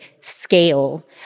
scale